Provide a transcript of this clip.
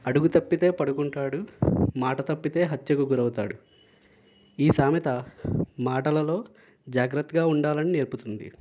అడుగుతప్పితే పడుకుంటాడు మాట తప్పితే హత్యకు గురవుతాడు ఈ సామెత మాటలలో జాగ్రత్తగా ఉండాలని నేర్పుతుంది